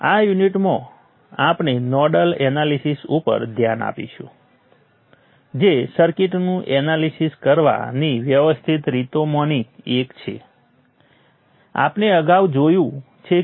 અગાઉ જ્યારે મેં સર્કિટ એનાલિસિસ સેટ કરવાનું છે અને તેને સોલ્વ કરીને આપણે બધા નોડ વોલ્ટેજ મેળવીએ છીએ